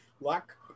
luck